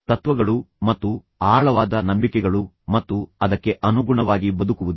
ತತ್ವಗಳು ಮತ್ತು ಆಳವಾದ ನಂಬಿಕೆಗಳು ಮತ್ತು ಅದಕ್ಕೆ ಅನುಗುಣವಾಗಿ ಬದುಕುವುದು